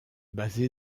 basé